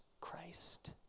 Christ